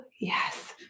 yes